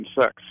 sex